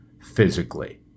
physically